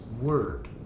word